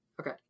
okay